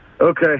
Okay